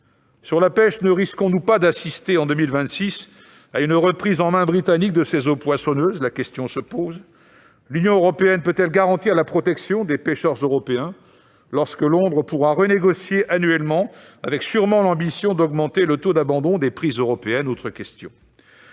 de pêche, ne risquons-nous pas d'assister, en 2026, à une reprise en main britannique de ses eaux poissonneuses ? La question se pose. L'Union européenne peut-elle garantir la protection des pêcheurs européens, lorsque Londres pourra renégocier annuellement avec, à n'en pas douter, l'ambition d'augmenter le taux d'abandon des prises européennes ?